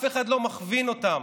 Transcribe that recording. אף אחד לא מכווין אותם.